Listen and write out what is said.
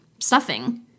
stuffing